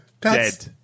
Dead